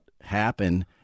happen